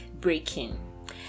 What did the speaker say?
breaking